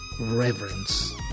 reverence